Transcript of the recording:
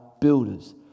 builders